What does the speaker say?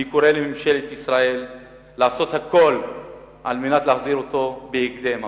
אני קורא לממשלת ישראל לעשות הכול על מנת להחזיר אותו בהקדם הביתה.